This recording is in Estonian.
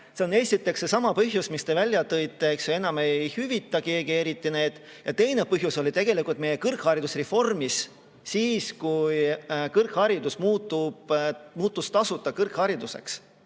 Siin on esiteks seesama põhjus, mis te välja tõite, et enam ei hüvita keegi eriti neid. Ja teine põhjus oli tegelikult meie kõrgharidusreformis. Kui kõrgharidus muutus tasuta kõrghariduseks